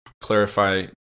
clarify